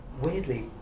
weirdly